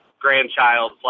grandchild